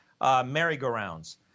merry-go-rounds